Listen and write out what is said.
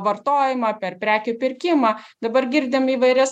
vartojimą per prekių pirkimą dabar girdime įvairias